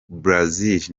brazil